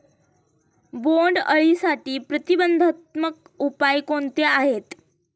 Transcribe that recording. बोंडअळीसाठी प्रतिबंधात्मक उपाय कोणते आहेत?